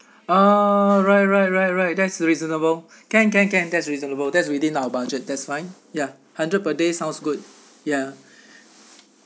oh right right right right that's reasonable can can can that's reasonable that's within our budget that's fine ya hundred per day sounds good ya